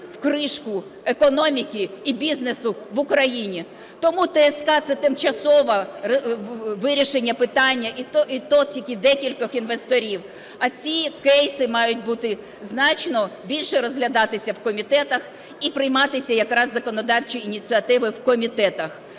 в кришку економіки і бізнесу в Україні. Тому ТСК – це тимчасове вирішення питання, і то тільки декількох інвесторів, а ці кейси мають бути значно більше розглядатися в комітетах і прийматися якраз законодавчі ініціативи в комітетах.